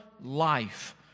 life